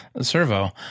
servo